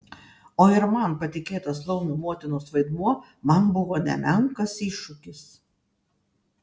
o ir man patikėtas laumių motinos vaidmuo man buvo nemenkas iššūkis